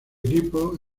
equipo